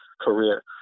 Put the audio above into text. career